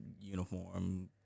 uniform